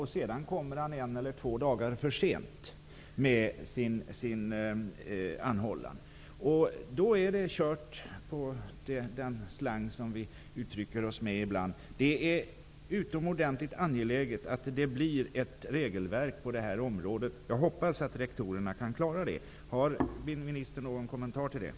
Han kommer så en eller två dagar för sent med sin anhållan, och då är det ''kört'', för att uttrycka det med slang som vi gör ibland. Det är utomordentligt angeläget att det blir ett regelverk på detta område. Jag hoppas att rektorerna kan klara det. Har ministern någon kommentar till detta?